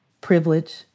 privilege